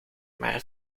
maar